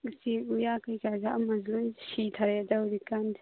ꯎꯆꯦꯛ ꯎꯌꯥ ꯀꯩꯀꯥꯁꯦ ꯑꯃꯁꯨ ꯂꯣꯏꯅ ꯁꯤꯊꯔꯦ ꯇꯧꯔꯤ ꯀꯥꯟꯁꯦ